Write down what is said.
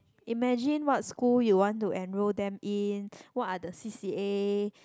imagine what school you want to enrol them in what are the c_c_a